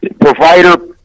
Provider